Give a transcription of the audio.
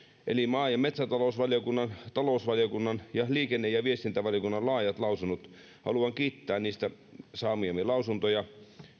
eli maa ja metsätalousvaliokunnan talousvaliokunnan ja liikenne ja viestintävaliokunnan laajat lausunnot haluan kiittää niistä saamistamme lausunnoista